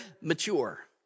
mature